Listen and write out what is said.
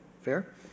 Fair